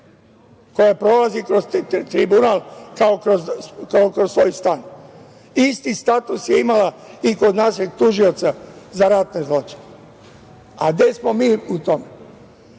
koja prolazi kroz Tribunal kao kroz svoj stan. Isti status je imala i kod našeg tužioca za ratne zločine. A gde smo mi u tome? Ne